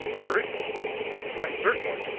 utter it? why certainly.